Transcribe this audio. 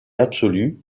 absolue